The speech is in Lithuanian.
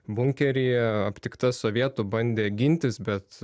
bunkeryje aptikta sovietų bandė gintis bet